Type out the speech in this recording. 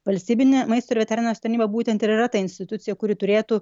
valstybinė maisto ir veterinarijos tarnyba būtent ir yra ta institucija kuri turėtų